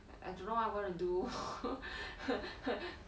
like I don't know what I'm going to do